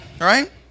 right